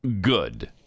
good